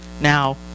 now